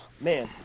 man